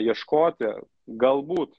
ieškoti galbūt